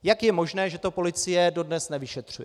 Jak je možné, že to policie dodnes nevyšetřuje?